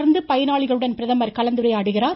தொடர்ந்து பயனாளிகளுடன் பிரதமர் கலந்துரையாடுகிறார்